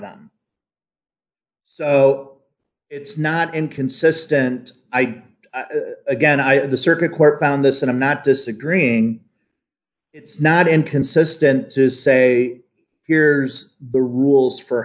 them so it's not inconsistent i don't again i the circuit court found this and i'm not disagreeing it's not inconsistent to say here's the rules for